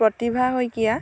Pratibha Saikia